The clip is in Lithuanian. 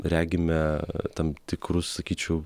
regime tam tikrus sakyčiau